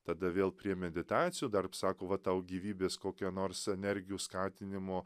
tada vėl prie meditacijų darp sako va tau gyvybės kokia nors energijų skatinimo